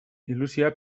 ilusioa